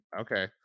Okay